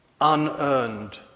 unearned